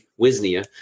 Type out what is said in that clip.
Wisnia